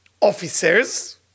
officers